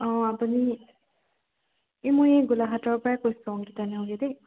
অঁ আপুনি এই মই এই গোলাঘাটৰ পৰাই কৈছোঁ অংকিতা নেওগে দেই